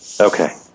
Okay